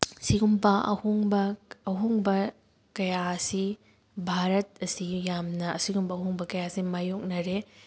ꯁꯤꯒꯨꯝꯕ ꯑꯍꯣꯡꯕ ꯑꯍꯣꯡꯕ ꯀꯌꯥ ꯑꯁꯤ ꯚꯥꯔꯠ ꯑꯁꯤ ꯌꯥꯝꯅ ꯑꯁꯤꯒꯨꯝꯕ ꯑꯍꯣꯡꯕ ꯀꯌꯥꯁꯤ ꯃꯥꯌꯣꯛꯅꯔꯦ